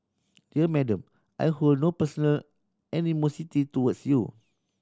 dear Madam I hold no personal animosity towards you